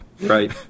Right